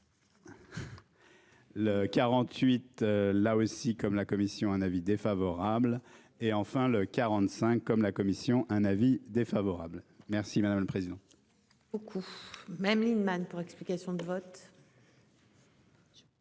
Le 48 là aussi comme la commission un avis défavorable et enfin le 45 comme la commission un avis défavorable. Merci madame le président.